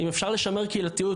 אם אפשר לשמר קהילתיות,